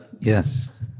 yes